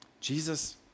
Jesus